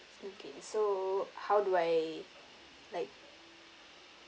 okay so how do I like